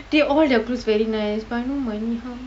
dey all their clothes very nice but I no money how